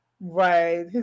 Right